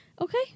Okay